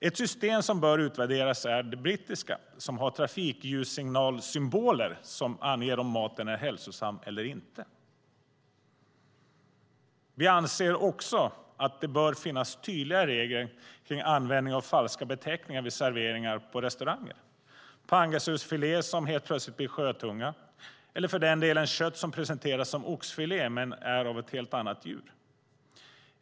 Ett system som bör utvärderas är det brittiska, som har trafikljussignalsymboler som anger om maten är hälsosam eller inte. Vi anser också att det bör finnas tydliga regler om användning av falska beteckningar vid servering på restauranger. Det gäller pangasiusfilé som helt plötsligt blir sjötunga, eller för den delen kött som presenteras som oxfilé men är av helt annat djur.